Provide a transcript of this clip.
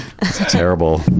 terrible